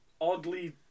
oddly